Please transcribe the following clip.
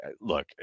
look